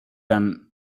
than